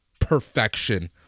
perfection